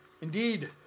Indeed